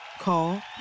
Call